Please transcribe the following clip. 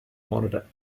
monitor